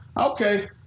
Okay